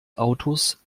autos